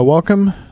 Welcome